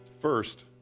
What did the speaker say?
First